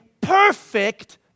perfect